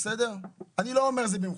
ולא במכוון.